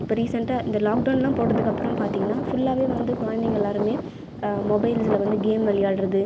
இப்போ ரீசண்ட்டாக இந்த லாக் டவுனெல்லாம் போட்டதுக்கப்புறம் பார்த்தீங்கன்னா ஃபுல்லாகவே வந்து குழந்தைங்க எல்லாேருமே மொபைலில் வந்து கேம் விளையாடுகிறது